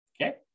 Okay